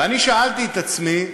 ואני שאלתי את עצמי,